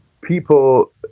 people